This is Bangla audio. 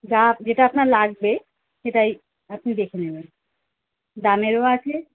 যা যেটা আপনার লাগবে সেটাই আপনি দেখে নেবেন দামেরও আছে